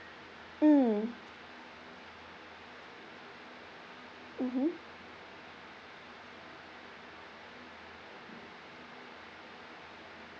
mm mmhmm